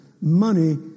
Money